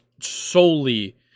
solely